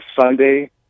Sunday